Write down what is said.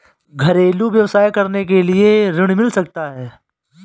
घरेलू व्यवसाय करने के लिए ऋण मिल सकता है?